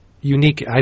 unique